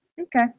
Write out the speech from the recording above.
Okay